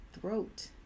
throat